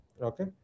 Okay